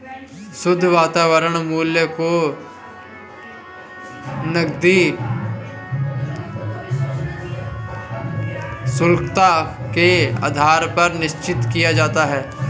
शुद्ध वर्तमान मूल्य को नकदी शृंखला के आधार पर निश्चित किया जाता है